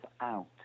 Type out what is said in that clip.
out